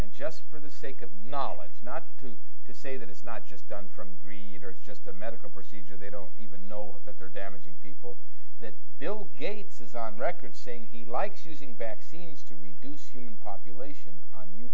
and just for the sake of knowledge not to to say that it's not just done from greed or it's just a medical procedure they don't even know that they're damaging people that bill gates is on record saying he likes using vaccines to reduce human population on you